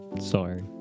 Sorry